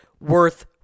worth